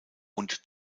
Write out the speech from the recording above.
und